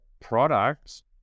products